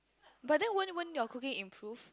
but then won't won't your cooking improve